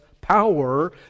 power